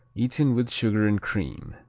eaten with sugar and cream.